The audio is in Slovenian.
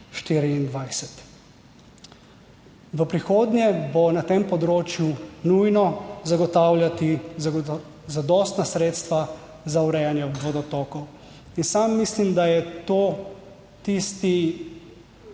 V prihodnje bo na tem področju nujno zagotavljati zadostna sredstva za urejanje vodotokov in sam mislim, da je to tisti najbolj